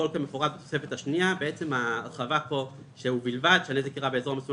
הכול כמפורט בתוספת השנייה," ההרחבה פה "ובלבד שהנזק אירע באזור המסומן